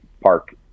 park –